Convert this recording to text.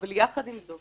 אבל יחד עם זאת,